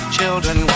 children